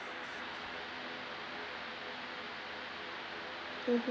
mmhmm